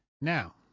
Now